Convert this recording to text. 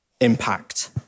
impact